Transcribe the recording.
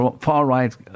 far-right